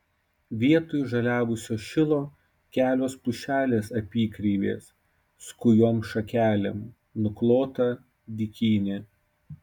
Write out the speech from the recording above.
vietoj žaliavusio šilo kelios pušelės apykreivės skujom šakelėm nuklota dykynė